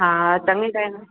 हा चङे टाइम